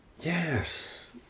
Yes